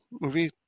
movie